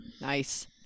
Nice